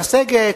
לסגת,